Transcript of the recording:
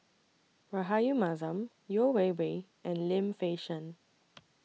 Rahayu Mahzam Yeo Wei Wei and Lim Fei Shen